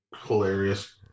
Hilarious